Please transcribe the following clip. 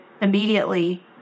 immediately